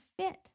fit